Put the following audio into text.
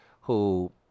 who-